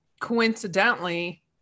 coincidentally